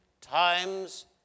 times